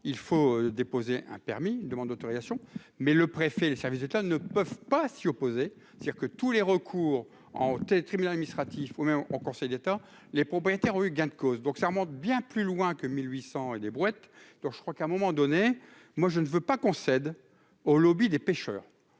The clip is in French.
il faut déposer un permis demande d'autorisation, mais le préfet, les services de État ne peuvent pas s'y opposer, c'est-à-dire que tous les recours en haut tribunal administratif au même au Conseil d'État, les propriétaires ont eu gain de cause, donc ça remonte bien plus loin que 1800 et des brouettes, donc je crois qu'à un moment donné, moi je ne veux pas qu'on cède au lobby des pêcheurs